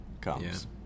comes